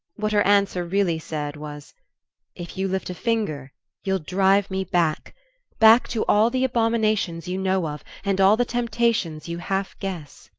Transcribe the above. what her answer really said was if you lift a finger you'll drive me back back to all the abominations you know of, and all the temptations you half guess.